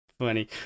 funny